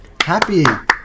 Happy